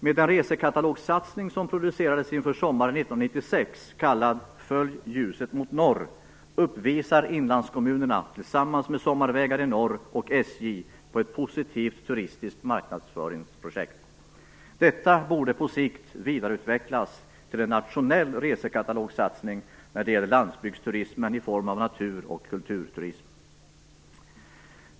Med den resekatalogssatsning som producerades inför sommaren 1996, kallad "Följ ljuset mot norr", uppvisar Inlandskommunerna tillsammans med Sommarvägar i norr och SJ ett positivt turistiskt marknadsföringsprojekt. Detta borde på sikt vidareutvecklas till en nationell resekatalogssatsning när det gäller landsbygdsturismen i form av natur och kulturturism.